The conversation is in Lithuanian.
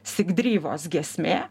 sigdryvos giesmė